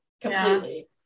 Completely